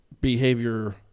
behavior